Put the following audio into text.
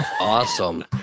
awesome